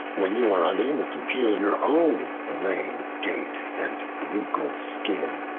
when you are unable to heal your own lame gait and wrinkled skin?